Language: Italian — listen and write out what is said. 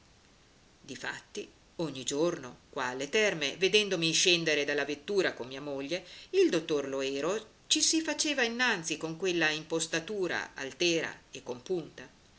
fatti ogni giorno qua alle terme vedendomi scendere dalla vettura con mia moglie il dottor loero ci si faceva innanzi con quella impostatura altera e compunta